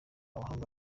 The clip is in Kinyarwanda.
abahanga